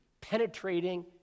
penetrating